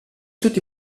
tutti